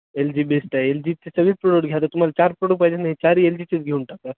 L G best आहे L जीचे सगळीच प्रोडट घ्या तुम्हाला आता चार प्रोडक्ट पाहिजे ना चारी एल जीचेच घेऊ टाका